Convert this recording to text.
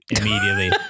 immediately